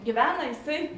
gyveno jisai